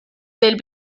del